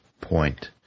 point